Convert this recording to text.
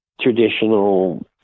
traditional